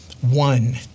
one